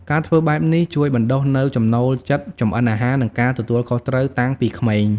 ការធ្វើបែបនេះជួយបណ្ដុះនូវ ចំណូលចិត្តចម្អិនអាហារ និង ការទទួលខុសត្រូវ តាំងពីក្មេង ។